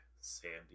Sandy